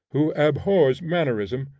who abhors mannerism,